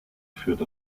führt